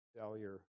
failure